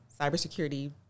cybersecurity